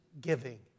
giving